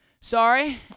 Sorry